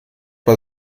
bei